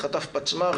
חטף פצמ"ר,